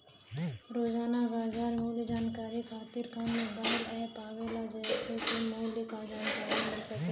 रोजाना बाजार मूल्य जानकारी खातीर कवन मोबाइल ऐप आवेला जेसे के मूल्य क जानकारी मिल सके?